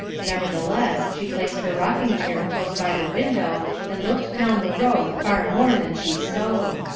nevertheless she placed her rocking-chair close by the window and looked down the road far more than she sewed.